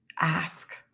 Ask